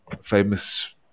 famous